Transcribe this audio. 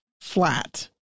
flat